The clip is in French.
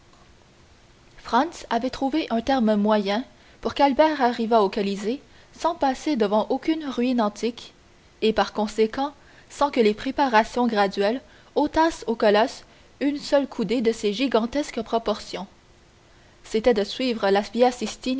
franz avait trouvé un terme moyen pour qu'albert arrivât au colisée sans passer devant aucune ruine antique et par conséquent sans que les préparations graduelles ôtassent au colosse une seule coudée de ses gigantesques proportions c'était de suivre la